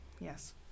Yes